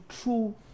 true